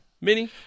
Mini